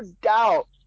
doubt